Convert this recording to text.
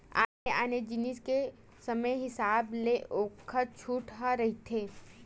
आने आने जिनिस के समे हिसाब ले ओखर छूट ह रहिथे